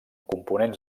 components